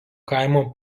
kaimo